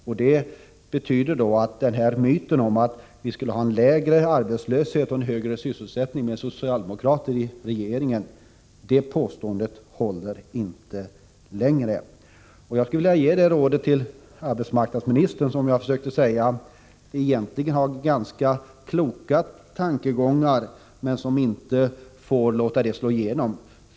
Påståendet att vi skulle ha lägre arbetslöshet och högre sysselsättning med socialdemokrater i regeringen håller inte längre. Jag skulle vilja säga till arbetsmarknadsministern att hon egentligen har ganska kloka tankegångar, även om hon inte tillåts låta dem slå igenom.